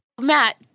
Matt